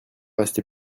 rester